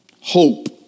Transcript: Hope